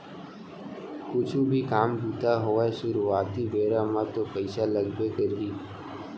कुछु भी काम बूता होवय सुरुवाती बेरा म तो पइसा लगबे करही